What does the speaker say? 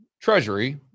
treasury